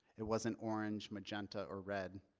it wasn't orange, magenta or red.